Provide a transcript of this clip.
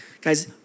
Guys